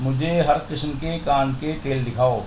مجھے ہر قسم کے کان کے تیل دکھاؤ